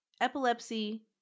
epilepsy